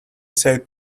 said